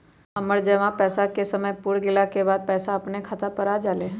हमर जमा पैसा के समय पुर गेल के बाद पैसा अपने खाता पर आ जाले?